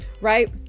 right